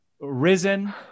risen